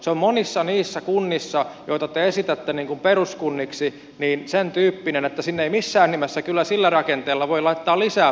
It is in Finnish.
se on monissa niissä kunnissa joita te esitätte peruskunniksi sen tyyppinen että sinne ei missään nimessä kyllä sillä rakenteella voi laittaa lisää palveluita